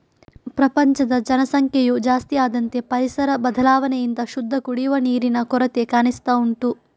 ಪ್ರಪಂಚದ ಜನಸಂಖ್ಯೆಯು ಜಾಸ್ತಿ ಆದಂತೆ ಪರಿಸರ ಬದಲಾವಣೆಯಿಂದ ಶುದ್ಧ ಕುಡಿಯುವ ನೀರಿನ ಕೊರತೆ ಕಾಣಿಸ್ತಾ ಉಂಟು